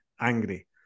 angry